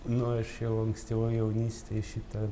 nu aš jau ankstyvoj jaunystėj šitą